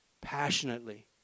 passionately